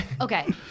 Okay